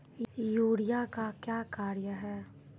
Urea का क्या कार्य हैं?